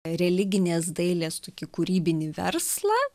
religinės dailės tokį kūrybinį verslą